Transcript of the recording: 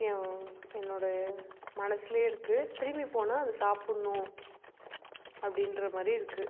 என் என்னோடய மனதிலே இருக்குது திரும்பி போனால் அது சாப்பிட்ணும் அப்படின்ற மாதிரி இருக்குது